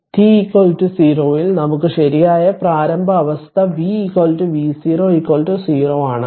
T 0 ൽ നമുക്ക് ശരിയായ പ്രാരംഭ അവസ്ഥ V V0 0 ആണ്